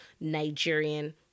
Nigerian